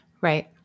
Right